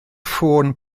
ffôn